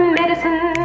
medicine